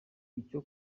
icyo